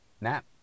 nap